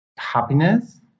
happiness